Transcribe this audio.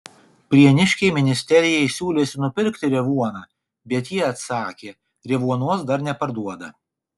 prieniškiai ministerijai siūlėsi nupirkti revuoną bet ji atsakė revuonos dar neparduoda